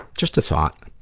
just a thought.